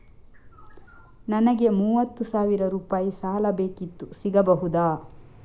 ನನಗೆ ಮೂವತ್ತು ಸಾವಿರ ರೂಪಾಯಿ ಸಾಲ ಬೇಕಿತ್ತು ಸಿಗಬಹುದಾ?